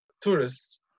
tourists